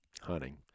hunting